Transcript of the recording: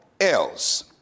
else